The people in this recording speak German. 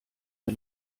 der